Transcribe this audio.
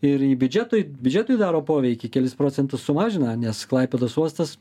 ir į biudžetui biudžetui daro poveikį kelis procentus sumažina nes klaipėdos uostas